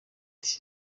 nti